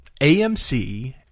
AMC